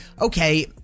okay